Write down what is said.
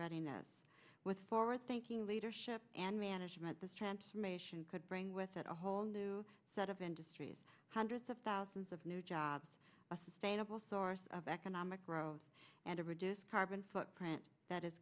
readiness with forward thinking leadership and management this transformation could bring with it a whole new set of industries hundreds of thousands of new jobs a sustainable source of economic growth and a reduce carbon footprint that is